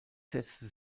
setzte